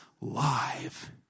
live